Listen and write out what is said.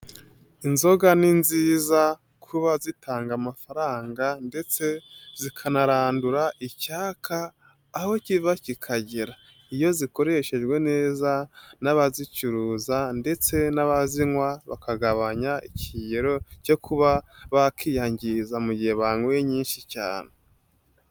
Inzoga ni nziza kuba zitanga amafaranga ndetse zikanarandura icyaka aho kiva kikagera, iyo zikoreshejwe neza n'abazicuruza ndetse n'abazinywa bakagabanya ikigero cyo kuba bakiyangiza mu gihe banyweye nyinshi cyane.